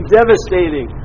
devastating